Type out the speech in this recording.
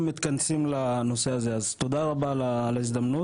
מתכנסים לנושא הזה אז תודה רבה על ההזדמנות,